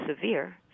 severe